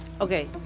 Okay